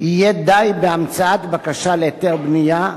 יהיה די בהמצאת בקשה להיתר בנייה,